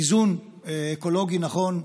איזון נכון,